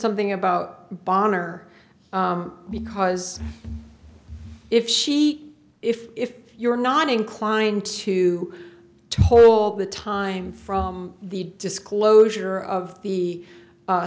something about bonn or because if she if if you're not inclined to total all the time from the disclosure of the